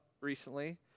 recently